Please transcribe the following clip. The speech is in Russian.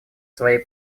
своей